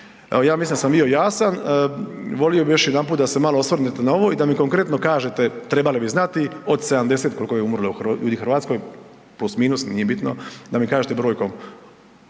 ja mislim da sam bio jasan. Volio bih još jedanput da se malo osvrnete na ovo i da mi konkretno kažete trebali bi znati od 70 koliko je ljudi umrlo u Hrvatskoj, plus, minus, nije bitno, da mi kažete brojkom